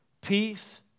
peace